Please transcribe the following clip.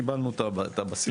קיבלנו את הבסיס.